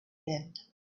wind